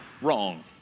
wrong